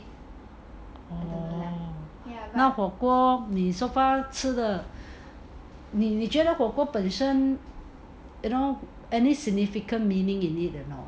那火锅你 so far 吃的你觉得火锅本身 you know any significant meaning in it